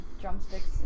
drumsticks